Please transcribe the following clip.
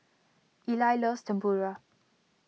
Eli loves Tempura